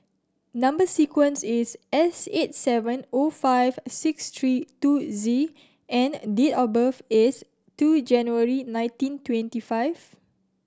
number sequence is S eight seven O five six three two Z and date of birth is two January nineteen twenty five